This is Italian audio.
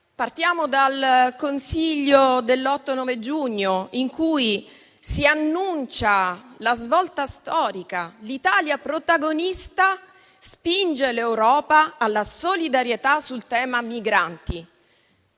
Consiglio dei ministri dell'8-9 giugno, in cui si annunciava la svolta storica: l'Italia protagonista spinge l'Europa alla solidarietà sul tema migranti.